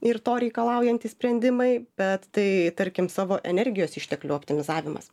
ir to reikalaujantys sprendimai bet tai tarkim savo energijos išteklių optimizavimas